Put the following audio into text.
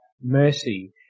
mercy